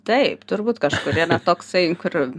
taip turbūt kažkur yra toksai kur